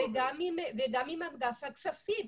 וגם עם אגף הכספים,